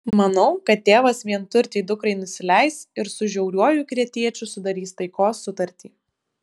manau kad tėvas vienturtei dukrai nusileis ir su žiauriuoju kretiečiu sudarys taikos sutartį